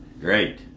Great